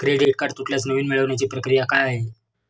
Credit card तुटल्यास नवीन मिळवण्याची प्रक्रिया काय आहे?